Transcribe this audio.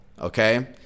okay